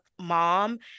mom